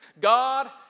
God